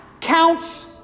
counts